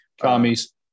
commies